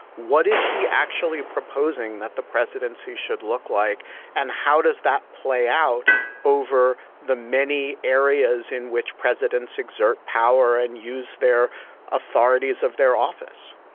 what is he actually proposing that the presidency should look like and how does that play out over the many areas in which presidents exert power and use their authorities of their office?